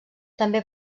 també